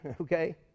okay